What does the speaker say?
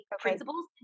principles